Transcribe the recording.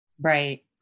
Right